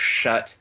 shut